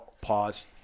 pause